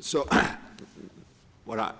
so what i